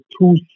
two